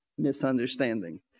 misunderstanding